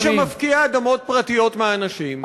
חוק שמפקיע אדמות פרטיות מאנשים,